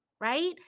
right